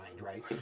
right